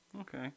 okay